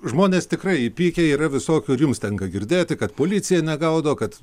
žmonės tikrai įpykę yra visokių ir jums tenka girdėti kad policija negaudo kad